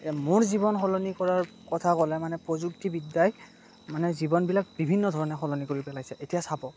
এতিয়া মোৰ জীৱন সলনি কৰাৰ কথা ক'লে মানে প্ৰযুক্তি বিদ্যাই মানে জীৱনবিলাক বিভিন্ন ধৰণে সলনি কৰি পেলাইছে এতিয়া চাব